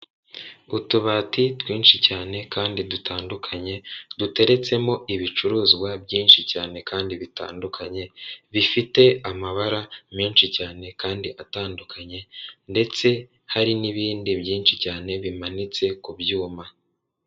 Utubati twinshi cyane kandi dutandukanye duteretsemo ibicuruzwa byinshi cyane kandi bitandukanye bifite amabara menshi cyane kandi atandukanye ndetse hari n'ibindi byinshi cyane bimanitse ku byuma.